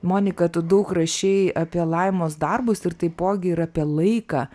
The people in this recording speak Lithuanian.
monika tu daug rašei apie laimos darbus ir taipogi ir apie laiką